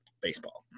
baseball